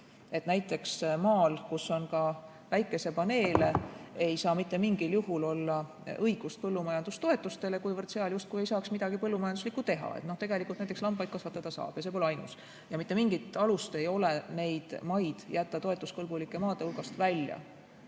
õige. Näiteks maal, kus on ka päikesepaneele, ei saa mitte mingil juhul olla õigust põllumajandustoetustele, kuivõrd seal justkui ei saaks midagi põllumajanduslikku teha. Tegelikult näiteks lambaid kasvatada saab, ja see pole ainus. Mitte mingit alust ei ole neid maid jätta toetuskõlblike maade hulgast välja.